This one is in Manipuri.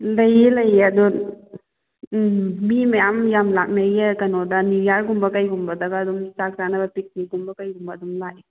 ꯎꯝ ꯂꯩꯌꯦ ꯂꯩꯌꯦ ꯑꯗꯣ ꯎꯝ ꯃꯤ ꯃꯌꯥꯝ ꯌꯥꯝ ꯂꯥꯛꯅꯩꯌꯦ ꯀꯩꯅꯣꯗ ꯅ꯭ꯌꯨ ꯌꯥꯔꯒꯨꯝꯕ ꯀꯩꯒꯨꯝꯕꯗꯒ ꯑꯗꯨꯝ ꯆꯥꯛ ꯆꯥꯅꯕ ꯄꯤꯛꯅꯤꯛꯀꯨꯝꯕ ꯀꯩꯒꯨꯝꯕ ꯑꯗꯨꯝ ꯂꯥꯛꯑꯦ